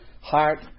heart